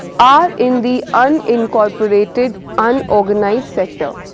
are in the unincorporated, unorganised sector.